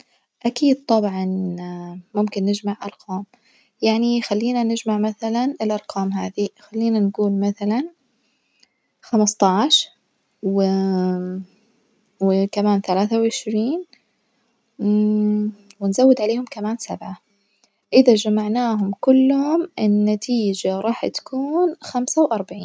أكيد طبعًا ممكن نجمع أرقام يعني خلينا نجمع مثلًا الأرقام هذي خلينا نجول مثلًا خسمتاش و وكمان ثلاثة وعشرين ونزود عليهم كمان سبعة, إذا جمعناهم كلهم النتيجة راح تكون خمسة وأربعين.